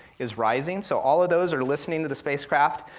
is rising, so all of those are listening to the spacecraft,